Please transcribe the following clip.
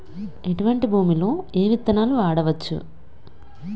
ఎటువంటి భూమిలో ఏ విత్తనాలు వాడవచ్చు?